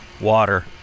water